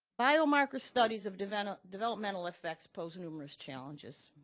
biomarker studies of developmental developmental effects pose numerous challenges.